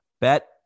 Bet